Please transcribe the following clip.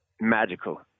magical